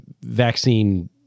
vaccine